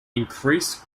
increase